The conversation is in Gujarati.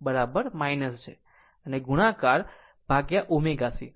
90 o j અને ગુણાકાર આ ω C